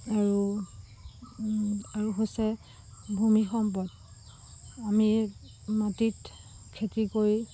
আৰু আৰু হৈছে ভূমি সম্পদ আমি মাটিত খেতি কৰি